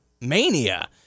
mania